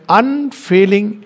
unfailing